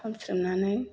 खामस्रेमनानै